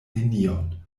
nenion